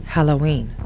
Halloween